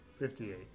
58